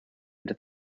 into